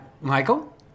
Michael